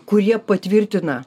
kurie patvirtina